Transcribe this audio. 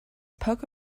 poke